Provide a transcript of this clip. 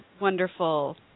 wonderful